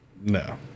No